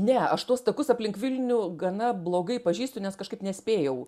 ne aš tuos takus aplink vilnių gana blogai pažįstu nes kažkaip nespėjau